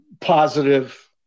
positive